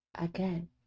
Again